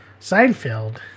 Seinfeld